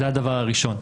זה הדבר הראשון.